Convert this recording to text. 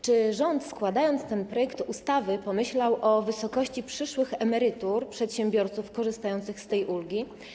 Czy rząd, składając ten projekt ustawy, pomyślał o wysokości przyszłych emerytur przedsiębiorców korzystających z tej ulgi?